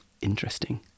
interesting